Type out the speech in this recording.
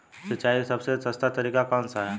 सिंचाई का सबसे सस्ता तरीका कौन सा है?